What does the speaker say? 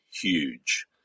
huge